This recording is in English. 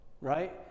right